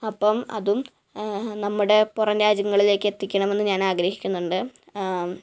അപ്പം അതും നമ്മുടെ പുറം രാജ്യങ്ങളിലേക്ക് എത്തിക്കണമെന്ന് ഞാന് ആഗ്രഹിക്കുന്നുണ്ട്